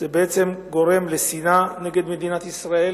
וזה בעצם גורם לשנאה נגד מדינת ישראל